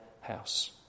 house